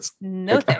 No